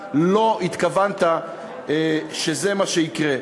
שאתה לא התכוונת שזה מה שיקרה.